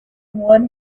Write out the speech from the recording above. one